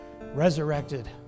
resurrected